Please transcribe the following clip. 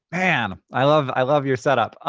man, i love i love your setup.